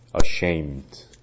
ashamed